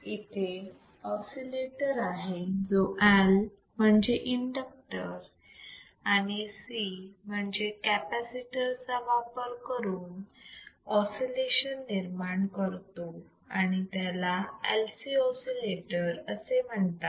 इथे ऑसिलेटर आहे जो L म्हणजे इंडक्टर आणि C म्हणजे कॅपॅसिटर चा वापर करून ऑसिलेशन निर्माण करतो आणि त्याला LC ऑसिलेटर असे म्हणतात